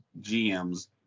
GMs